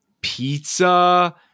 pizza